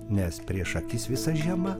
nes prieš akis visa žiema